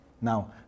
Now